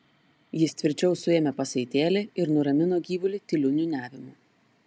jis tvirčiau suėmė pasaitėlį ir nuramino gyvulį tyliu niūniavimu